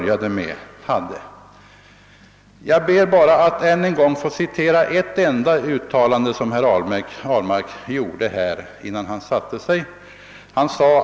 Jag ber så att få citera ett uttalande som herr Ahlmark gjorde här innan han satte sig i sin bänk.